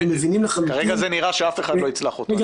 אנחנו מבינים לחלוטין --- כרגע זה נראה שאף אחד לא יצלח אותו,